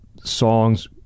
songs